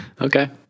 Okay